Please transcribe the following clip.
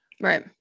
Right